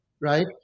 right